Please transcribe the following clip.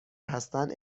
هستند